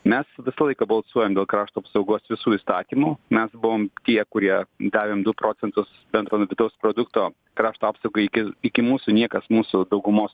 mes visą laiką balsuojam dėl krašto apsaugos visų įstatymų mes buvom tie kurie davėm du procentus bendro vidaus produkto krašto apsaugai iki iki mūsų niekas mūsų daugumos